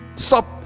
Stop